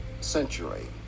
century